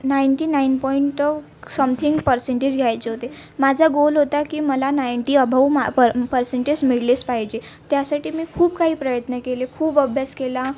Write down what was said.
ninety nine point something percentage घ्यायचे होते माझा गोल होता मला नाईन्टी अभऊ मा पर पर्सेंटेज मिळलेस पाहिजे त्यासाठी मी खूप काही प्रयत्न केले खूप अभ्यास केला